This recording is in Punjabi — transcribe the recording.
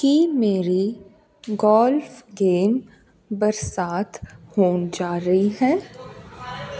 ਕੀ ਮੇਰੀ ਗੋਲਫ ਗੇਮ ਬਰਸਾਤ ਹੋਣ ਜਾ ਰਹੀ ਹੈ